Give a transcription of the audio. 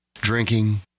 Drinking